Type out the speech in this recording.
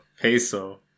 Peso